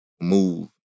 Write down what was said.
move